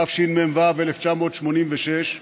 התשמ"ו 1986,